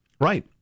Right